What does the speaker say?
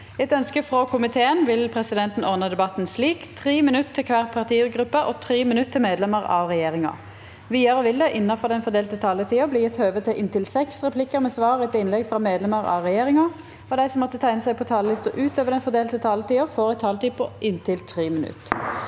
og miljøkomiteen vil presidenten ordne debatten slik: 3 minutter til hver partigruppe og 3 minutter til medlemmer av regjeringen. Videre vil det – innenfor den fordelte taletid – bli gitt anledning til replikker med svar etter innlegg fra medlemmer av regjeringen, og de som måtte tegne seg på talerlisten utover den fordelte taletid, får også en taletid på inntil 3 minutter.